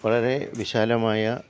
വളരെ വിശാലമായ